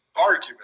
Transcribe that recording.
argument